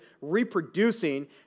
reproducing